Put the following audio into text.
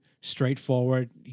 Straightforward